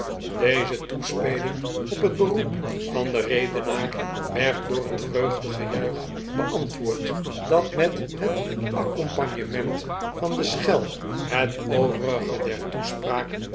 deze toespeling op het beroep van den redenaar werd door een vreugdegejuich beantwoord dat met het accompagnement van de schel het overige der toespraak